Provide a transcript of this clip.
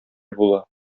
була